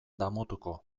damutuko